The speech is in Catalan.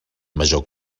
major